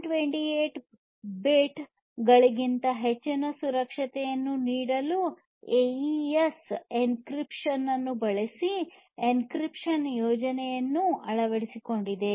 128 bit ಗಳಿಗಿಂತ ಹೆಚ್ಚಿನ ಸುರಕ್ಷತೆಯನ್ನು ನೀಡಲು ಎಇಎಸ್ ಎನ್ಕ್ರಿಪ್ಶನ್ ಅನ್ನು ಬಳಸುವ ಎನ್ಕ್ರಿಪ್ಶನ್ ಯೋಜನೆಯನ್ನು ಅಳವಡಿಸಿಕೊಂಡಿದೆ